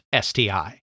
STI